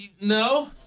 No